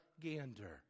gander